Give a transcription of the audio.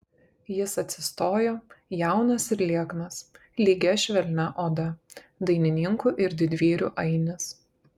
jis atsistojo jaunas ir lieknas lygia švelnia oda dainininkų ir didvyrių ainis